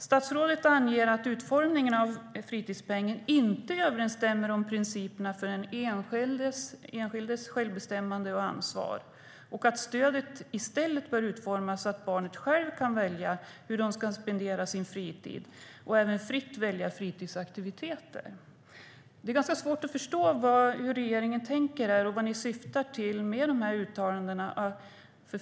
Statsrådet anger att utformningen av fritidspengen inte överensstämmer med principerna för den enskildes självbestämmande och ansvar och att stödet i stället bör utformas så att barnen själva kan välja hur de ska spendera sin fritid och även fritt välja fritidsaktiviteter. Det är svårt att förstå hur regeringen tänker och vad man syftar till med dessa uttalanden.